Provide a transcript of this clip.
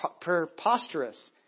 preposterous